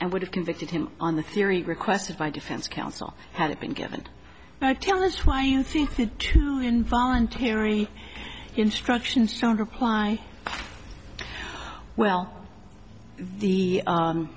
and would have convicted him on the theory requested by defense counsel had it been given tell us why you think that the involuntary instructions don't apply well the